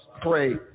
pray